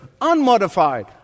unmodified